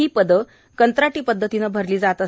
ही पदे कंत्राटी पदधतीने भरली जातात